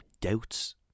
doubts